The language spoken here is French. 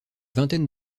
vingtaine